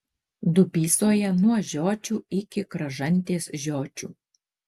dubysoje nuo žiočių iki kražantės žiočių